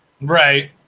right